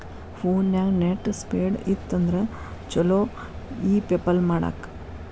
ಫೋನ್ಯಾಗ net speed ಇತ್ತಂದ್ರ ಚುಲೊ ಇ ಪೆಪಲ್ ಮಾಡಾಕ